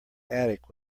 attic